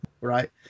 Right